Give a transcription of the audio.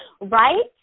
Right